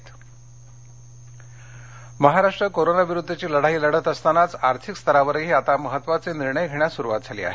मंत्रिमंडळ महाराष्ट्र कोरोनाविरुद्धची लढाई लढत असतानाच आर्थिक स्तरावरही आता महत्त्वाचे निर्णय घेण्यास सुरुवात झाली आहे